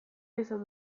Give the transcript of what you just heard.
izan